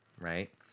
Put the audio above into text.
right